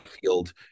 field